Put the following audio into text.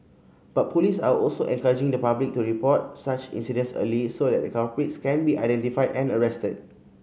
but police are also encouraging the public to report such incidents early so that culprits can be identified and arrested